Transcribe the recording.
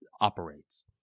operates